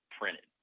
printed